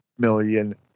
million